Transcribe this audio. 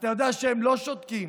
אתה יודע שהם לא שותקים.